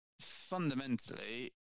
Fundamentally